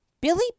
Billy